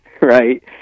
right